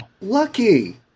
Lucky